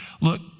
look